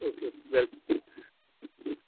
okay welcome